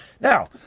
Now